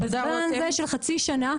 בזמן הזה של חצי שנה,